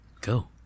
go